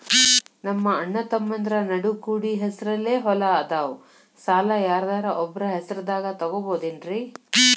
ನಮ್ಮಅಣ್ಣತಮ್ಮಂದ್ರ ನಡು ಕೂಡಿ ಹೆಸರಲೆ ಹೊಲಾ ಅದಾವು, ಸಾಲ ಯಾರ್ದರ ಒಬ್ಬರ ಹೆಸರದಾಗ ತಗೋಬೋದೇನ್ರಿ?